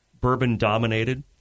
bourbon-dominated